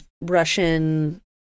russian